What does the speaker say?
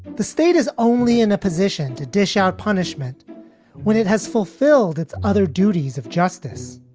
the state is only in a position to dish out punishment when it has fulfilled its other duties of justice,